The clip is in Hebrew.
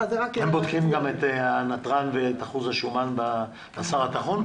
הם בודקים גם את הנתרן ואת אחוז השומן בבשר הטחון?